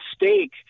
mistake